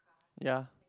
ya